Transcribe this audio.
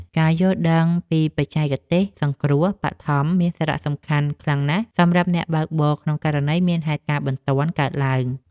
ការយល់ដឹងពីបច្ចេកទេសសង្គ្រោះបឋមមានសារៈសំខាន់ខ្លាំងណាស់សម្រាប់អ្នកបើកបរក្នុងករណីមានហេតុការណ៍បន្ទាន់កើតឡើង។